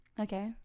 okay